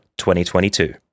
2022